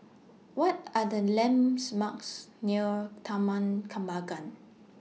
What Are The lands Marks near Taman Kembangan